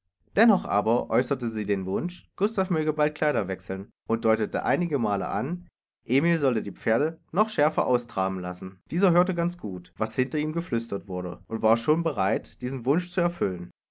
dennoch aber äußerte sie den wunsch gustav möge bald kleider wechseln und deutete einigemale an emil solle die pferde noch schärfer austraben lassen dieser hörte ganz gut was hinter ihm geflüstert wurde und war schon bereit diesen wunsch zu erfüllen